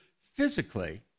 physically